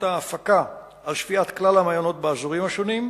ההפקה על שפיעת כלל המעיינות באזורים השונים,